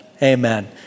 Amen